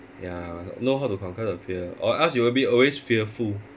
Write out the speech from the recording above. ya know how to conquer the fear or else you will be always fearful